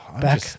back